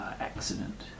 accident